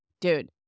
dude